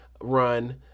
run